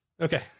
Okay